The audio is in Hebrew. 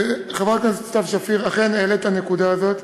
חברת הכנסת סתיו שפיר, אכן העלית את הנקודה הזאת.